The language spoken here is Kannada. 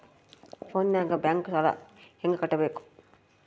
ಫೋನಿನಾಗ ಬ್ಯಾಂಕ್ ಸಾಲ ಹೆಂಗ ಕಟ್ಟಬೇಕು?